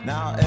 Now